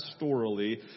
pastorally